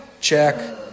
Check